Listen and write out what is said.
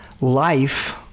Life